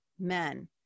men